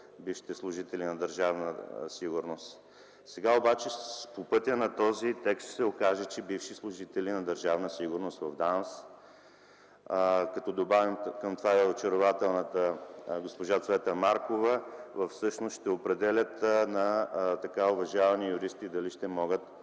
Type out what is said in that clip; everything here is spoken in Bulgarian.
бившите служители на Държавна сигурност. Сега обаче по пътя на този текст ще се окаже, че бивши служители на Държавна сигурност в ДАНС, като добавим към това и очарователната госпожа Цвета Маркова, всъщност ще определят уважавани юристи дали ще могат